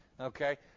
Okay